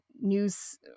news